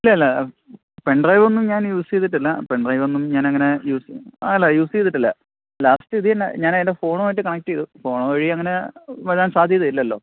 ഇല്ലയില്ല പെൻഡ്രൈവൊന്നും ഞാൻ യൂസ് ചെയ്തിട്ടില്ല പെൻഡ്രൈവൊന്നും ഞാനങ്ങനെ യൂസ് ചെയ്യുക അല്ല യൂസ് ചെയ്തിട്ടില്ല ലാസ്റ്റ് ഇതു തന്നെ ഞാനെന്റെ ഫോണുമായിട്ട് കണക്ട് ചെയ്തു ഫോണ് വഴി അങ്ങനെ വരാൻ സാധ്യത ഇല്ലല്ലോ